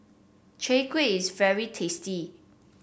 Chai Kuih is very tasty